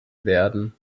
werden